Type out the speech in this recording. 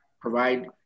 provide